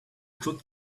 could